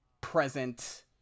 present